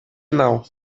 não